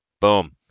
Boom